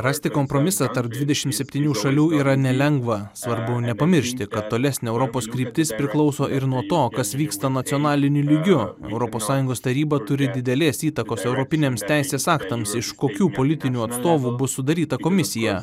rasti kompromisą tarp dvidešim septynių šalių yra nelengva svarbu nepamiršti kad tolesnė europos kryptis priklauso ir nuo to kas vyksta nacionaliniu lygiu europos sąjungos taryba turi didelės įtakos europiniams teisės aktams iš kokių politinių atstovų bus sudaryta komisija